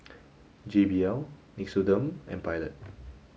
J B L Nixoderm and Pilot